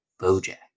Bojack